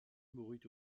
mourut